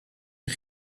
een